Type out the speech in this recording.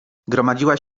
gromadziła